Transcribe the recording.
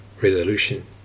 resolution